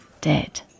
dead